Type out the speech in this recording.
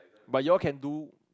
but you all can do